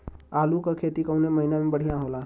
आलू क खेती कवने महीना में बढ़ियां होला?